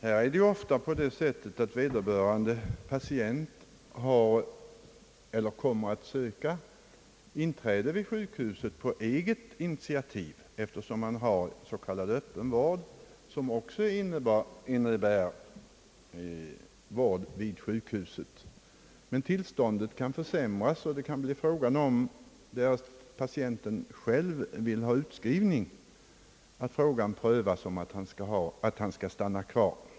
Här är det ofta på det sättet, att vederbörande patient har sökt eller kommit att söka intagning vid sjukhuset på eget initiativ, för den vård vid sjukhuset, som regleras enligt sjukvårdslagen. Men tillståndet kan försämras, och det kan bli fråga om att patienten själv begär utskrivning. Då uppkommer frågan om han skall hållas kvar.